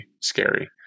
scary